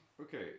Okay